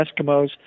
Eskimos